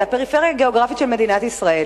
לפריפריה הגיאוגרפית של מדינת ישראל.